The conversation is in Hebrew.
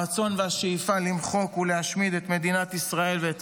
הרצון והשאיפה למחוק ולהשמיד את מדינת ישראל ואת